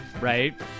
Right